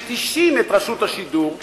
מתישים את רשות השידור,